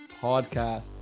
podcast